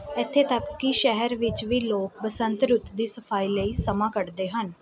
ਇੱਥੇ ਤੱਕ ਕਿ ਸ਼ਹਿਰ ਵਿੱਚ ਵੀ ਲੋਕ ਬਸੰਤ ਰੁੱਤ ਦੀ ਸਫ਼ਾਈ ਲਈ ਸਮਾਂ ਕੱਢਦੇ ਹਨ